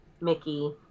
Mickey